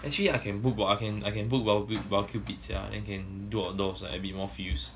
actually I can book what I can I can book what with barbecue pits sian then you can do outdoors and a bit more fields